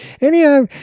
Anyhow